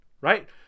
Right